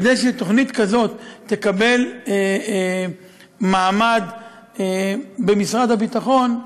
כדי שתוכנית כזאת תקבל מעמד במשרד הביטחון,